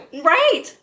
Right